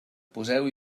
poseu